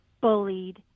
bullied